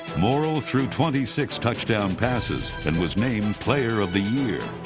morrall threw twenty six touchdown passes and was named player of the year.